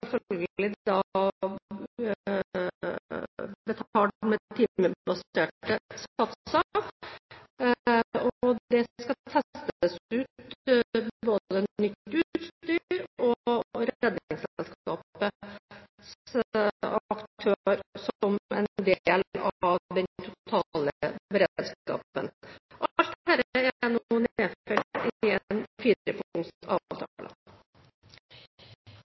da betalt med timebaserte satser. Det skal testes ut, både nytt utstyr og Redningsselskapet som aktør som en del av den totale beredskapen. Alt dette er nå nedfelt i